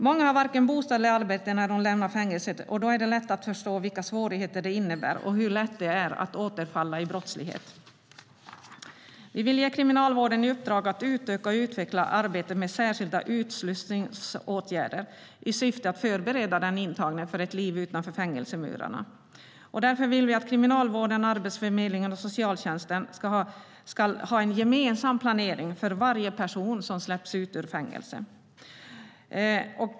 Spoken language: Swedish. Många har varken bostad eller arbete när de lämnar fängelset, och då är det lätt att förstå vilka svårigheter det innebär och hur lätt det är att återfalla i brottslighet. Vi vill ge Kriminalvården i uppdrag att utöka och utveckla arbetet med särskilda utslussningsåtgärder i syfte att förbereda den intagne för ett liv utanför fängelsemurarna. Därför vill vi att Kriminalvården, Arbetsförmedlingen och socialtjänsten ska ha en gemensam planering för varje person som släpps ut ur fängelse.